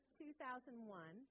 2001